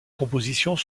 compositions